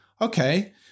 Okay